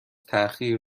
تاخیر